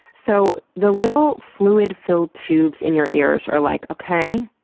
so, the little fluid-filled tubes in your ears are like, okay.